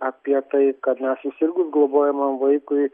apie tai kad na susirgus globojamam vaikui